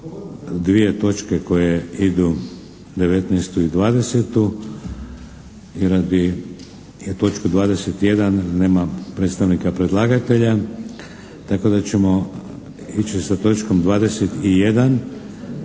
2 točke koje idu, 19. i 20., i radi, točku 21. nema predstavnika predlagatelja tako da ćemo ići sa točkom 22.,